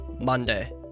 Monday